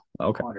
okay